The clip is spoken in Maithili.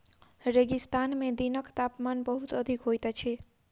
रेगिस्तान में दिनक तापमान बहुत अधिक होइत अछि